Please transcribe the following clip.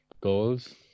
goals